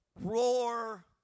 roar